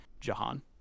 Jahan